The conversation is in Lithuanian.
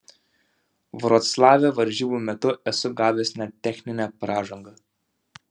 vroclave varžybų metu esu gavęs net techninę pražangą